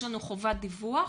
יש לנו חובת דיווח,